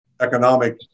economic